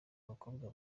abakobwa